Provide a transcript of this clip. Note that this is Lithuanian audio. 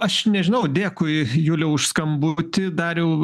aš nežinau dėkui juliau už skambutį dariau